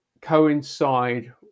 coincide